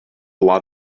lot